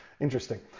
Interesting